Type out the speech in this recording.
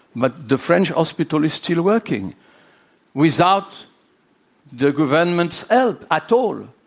but the french hospital is still working without the government's help at all.